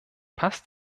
passt